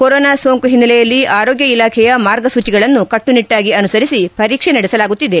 corona ಸೋಂಕು ಹಿನ್ನೆಲೆಯಲ್ಲಿ ಆರೋಗ್ಯ ಇಲಾಖೆಯ ಮಾರ್ಗಸೂಚಿಗಳನ್ನು ಕಟ್ಟುನಿಟ್ನಾಗಿ ಅನುಸರಿಸಿ ಪರೀಕ್ಷೆ ನಡೆಸಲಾಗುತ್ತಿದೆ